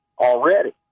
already